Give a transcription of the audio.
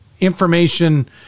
information